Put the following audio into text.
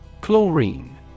Chlorine